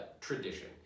tradition